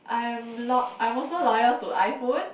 I am loyal I am also loyal to iPhone